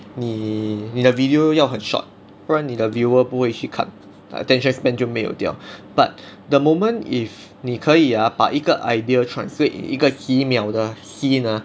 你你的 video 要很 short 不然你的 viewer 不会去看 attention span 就没有掉 but the moment if 你可以 ah 把一个 idea translate in 一个几秒的 scene ah